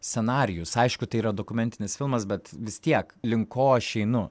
scenarijus aišku tai yra dokumentinis filmas bet vis tiek link ko aš einu